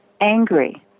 angry